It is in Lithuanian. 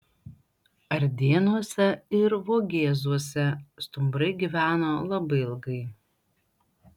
ardėnuose ir vogėzuose stumbrai gyveno labai ilgai